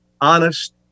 honest